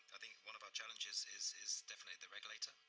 i think one of our challenges is is definitely the regulator.